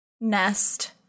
Nest